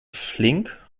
flink